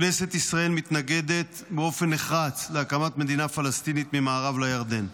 כנסת ישראל מתנגדת באופן נחרץ להקמת מדינה פלסטינית ממערב לירדן.